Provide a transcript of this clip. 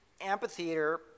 amphitheater